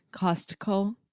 Costco